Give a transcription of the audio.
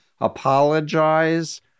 apologize